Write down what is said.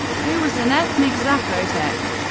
who was an ethnic zapotec.